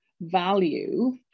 value